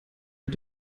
mit